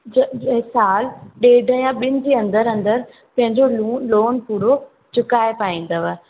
जो जे साल ॾेढ या ॿिनि जे अंदरि अंदरि पंहिंजो लोन पूरो चुकाए पाईंदव